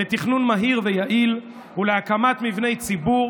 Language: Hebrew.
לתכנון מהיר ויעיל ולהקמת מבני ציבור